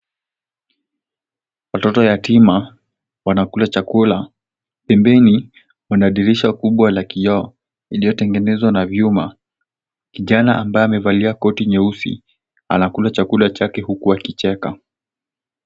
Watoto yatima wanakula chakula pembeni kuna dirisha kubwa la kioo iliyotengenezwa na vyuma. Kijana ambaye amevalia koti nyeusi anakula chakula chake huku akicheka.